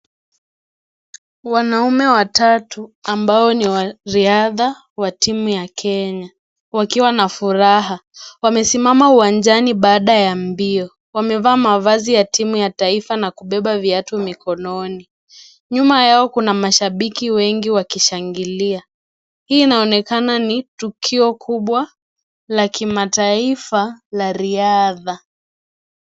Wanaume watatu ambao ni wa riadha wa timu ya Kenya wakiwa na furaha . Wamesimama uwanjani baada ya mbio wamevaa mavazi ya timu ya taifa na kubeba viatu mikononi. Nyuma yao kuna mashabiki wengi wakishangilia , hii inaonekana ni tukio kubwa la kimataifa la riadha.